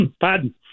Pardon